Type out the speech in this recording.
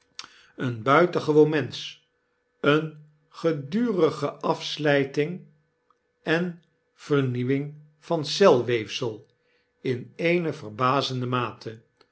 een buitengewoon mensch eene gedurige afslyting en vernieuwing van celweefsel in eene verbazende mate